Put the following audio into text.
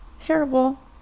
terrible